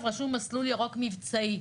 רשום: מסלול ירוק מבצעי.